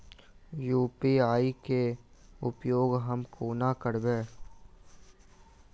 UPI केँ प्रयोग हम कोना करबे?